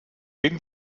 ging